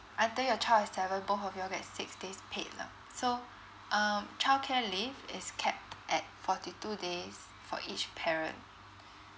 either your child is seven both of you will get six days paid lah so um childcare leave is capped at forty two days for each parent